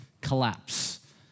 collapse